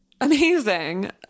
Amazing